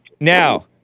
Now